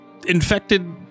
Infected